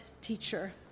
teacher